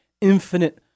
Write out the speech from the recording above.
infinite